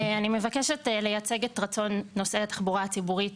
אני מבקשת לייצג את רצון נוסעי התחבורה הציבורית